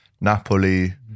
Napoli